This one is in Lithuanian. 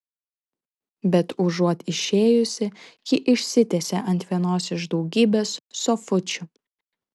bet užuot išėjusi ji išsitiesė ant vienos iš daugybės sofučių